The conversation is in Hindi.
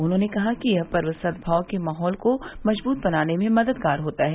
उन्होंने कहा कि यह पर्व सद्भाव के माहौल को मजबूत बनाने में मददगार होता है